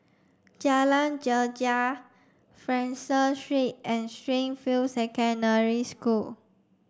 Jalan Greja Fraser Street and Springfield Secondary School